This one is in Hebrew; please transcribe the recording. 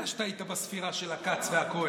אתה יודע שטעית בספירה של הכץ והכהן.